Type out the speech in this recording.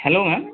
hello ma'am